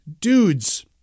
Dudes